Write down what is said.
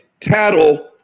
tattle